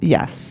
Yes